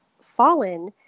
Fallen